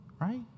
right